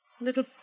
Little